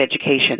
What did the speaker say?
education